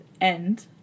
End